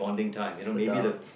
sit down